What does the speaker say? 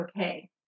okay